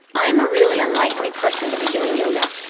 i'm a really unlikely person to be doing yoga.